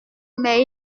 mais